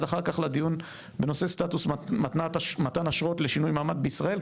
אחר כך לדיון בנושא סטטוס מתן אשרות לשינוי מעמד בישראל,